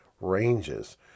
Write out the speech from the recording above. ranges